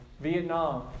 Vietnam